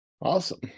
Awesome